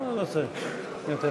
נא לשבת.